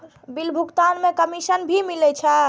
Bill भुगतान में commission भी मिले छै?